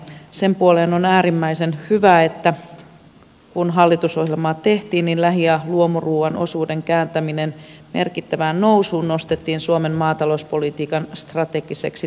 sen puoleen on äärimmäisen hyvä että kun hallitusohjelmaa tehtiin niin lähi ja luomuruuan osuuden kääntäminen merkittävään nousuun nostettiin suomen maatalouspolitiikan strategiseksi tavoitteeksi